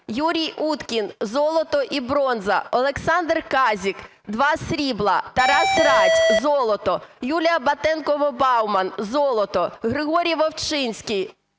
Юрій Уткін: золото і бронза. Олександр Казік: два срібла. Тарас Радь: золото. Юлія Батенкова-Бауман: золото. Григорій Вовчинський: срібло.